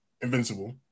Invincible